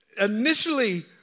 initially